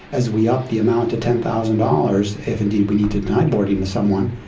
as we up the amount to ten thousand dollars if indeed we need to deny boarding to someone,